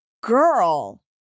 Girl